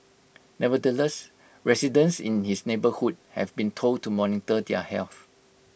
nevertheless residents in his neighbourhood have been told to monitor their health